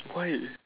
why